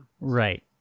Right